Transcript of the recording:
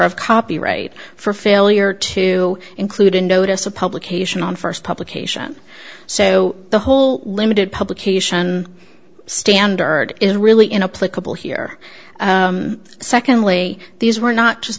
of copyright for failure to include a notice of publication on first publication so the whole limited publication standard is really in a play couple here secondly these were not just